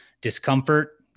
discomfort